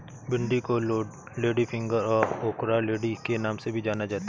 भिन्डी को लेडीफिंगर और ओकरालेडी के नाम से भी जाना जाता है